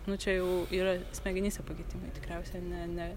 nu čia jau yra smegenyse pakitimai tikriausiai a ne ne